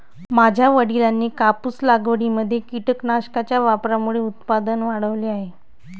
माझ्या वडिलांनी कापूस लागवडीमध्ये कीटकनाशकांच्या वापरामुळे उत्पादन वाढवले आहे